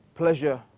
pleasure